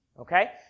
Okay